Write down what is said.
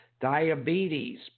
diabetes